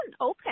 open